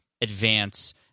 advance